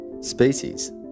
species